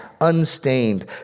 unstained